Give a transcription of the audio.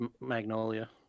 Magnolia